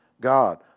God